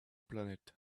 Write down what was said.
planet